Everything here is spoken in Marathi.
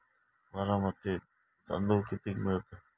बासमती तांदूळ कितीक मिळता?